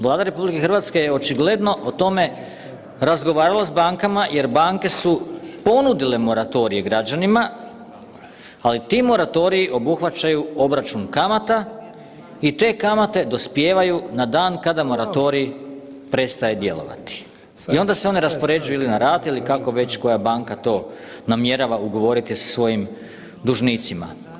Vlada RH je očigledno o tome razgovarala s bankama jer banke su ponudile moratorije građanima, ali ti moratoriji obuhvaćaju obračun kamata i te kamate dospijevaju na dan kada moratorij prestaje djelovati i onda se one raspoređuju na rate ili kako već koja banka to namjerava ugovoriti sa svojim dužnicima.